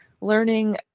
learning